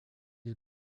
est